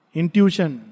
intuition